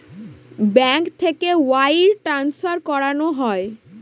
bank থেকে wire transfer করানো হয়